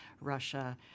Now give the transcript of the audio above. Russia